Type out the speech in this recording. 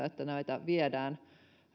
että näitä viedään